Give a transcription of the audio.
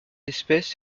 espèce